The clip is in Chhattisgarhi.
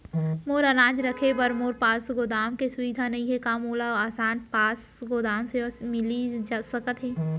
मोर अनाज रखे बर मोर पास गोदाम के सुविधा नई हे का मोला आसान पास गोदाम सेवा मिलिस सकथे?